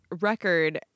record